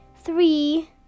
three